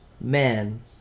Man